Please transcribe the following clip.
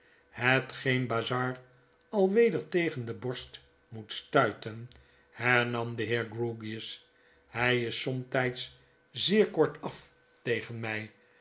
hetgeen bazzard al weder tegen de borst moet stuiten hernam de heer grewgious hy is somtijds zeer kortaf tegen my